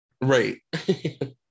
Right